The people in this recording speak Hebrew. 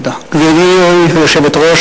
גברתי היושבת-ראש,